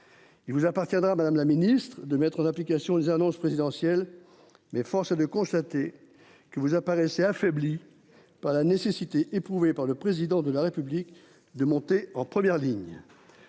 Il vous appartiendra Madame la Ministre de mettre en application les annonces présidentielles, mais force est de constater que vous apparaissait affaibli. Par la nécessité éprouvée par le président de la République de monter en première ligne.--